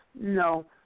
No